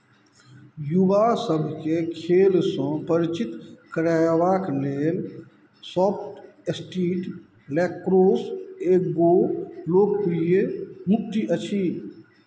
युवासभकेँ खेलसँ परिचित करयबाक लेल सॉफ्ट स्टिक लैक्रोस एगो लोकप्रिय युक्ति अछि